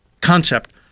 concept